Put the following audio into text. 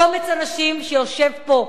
קומץ אנשים שיושב פה,